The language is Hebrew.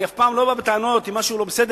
אני אף פעם לא בא בטענות אם משהו לא בסדר,